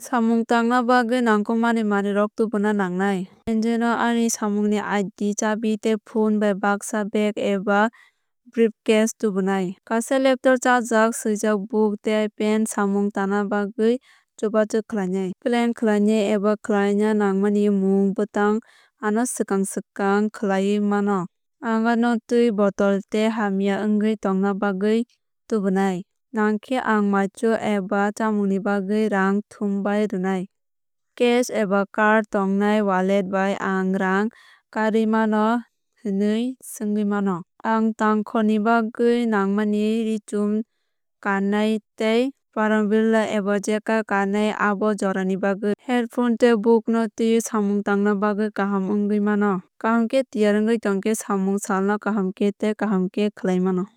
Samung tangna bagwi nangkukmani manwirok tubuna nangnai. Ani samungni ID chabi tei phone bai baksa bag eba briefcase tubunai. Kaisa laptop charger swijak buk tei pen samung tangna bagwi chubachu khlainai. Plan khlainai eba khlaina nangmani mung bwtang ano swkang swkang khlaiwi mano. Ang no twi bottle tei hamya wngwi tongna bagwi tubunai. Nangkhe ang maichu eba chamungni bagwi rang thumbai rwnai. Cash eba card tongnai wallet bai ang rang kharwi mano hwnwi swngwi mano. Ang tangkhor ni bagwi nangmani richum kannai tei paraumbrela eba jacket kannai abo jorani bagwi. Headphone tei book no twiwi samung tangna bagwi kaham wngwi mano. Kaham khe tiyar wngwi tongkhe samung salno kaham khe tei kaham khe khlaiwi mano.